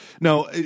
Now